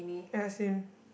ya same